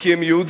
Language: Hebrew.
כי הם יהודים,